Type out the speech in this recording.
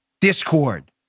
discord